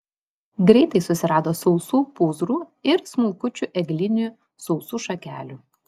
greitai susirado sausų pūzrų ir smulkučių eglinių sausų šakelių